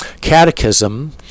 Catechism